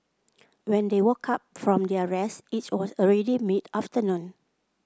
when they woke up from their rest it was already mid afternoon